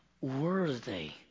worthy